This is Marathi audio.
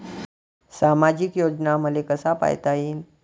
सामाजिक योजना मले कसा पायता येईन?